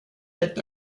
est